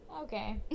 Okay